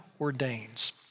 ordains